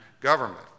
government